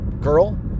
girl